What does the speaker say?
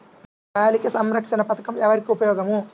బాలిక సంరక్షణ పథకం ఎవరికి ఉపయోగము?